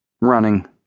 Running